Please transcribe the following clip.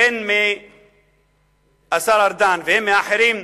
הן מהשר ארדן והן מאחרים,